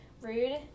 rude